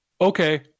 Okay